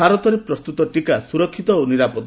ଭାରତରେ ପ୍ରସ୍ତତ ଟିକା ସୁରକ୍ଷିତ ଓ ନିରାପଦ